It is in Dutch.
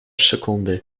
seconde